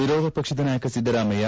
ವಿರೋಧ ಪಕ್ಷದ ನಾಯಕ ಸಿದ್ದರಾಮಯ್ಯ